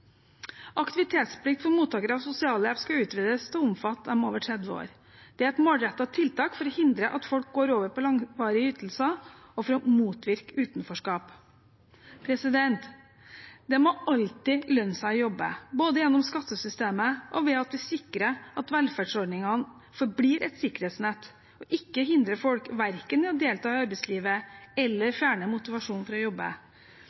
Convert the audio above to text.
Aktivitetsplikt for mottakere av sosialhjelp skal utvides til å omfatte dem over 30 år. Det er et målrettet tiltak for å hindre at folk går over på langvarige ytelser og for å motvirke utenforskap. Det må alltid lønne seg å jobbe, både gjennom skattesystemet og ved at vi sikrer at velferdsordningene forblir et sikkerhetsnett – og verken hindrer folk i å delta i arbeidslivet eller fjerner motivasjonen for å jobbe.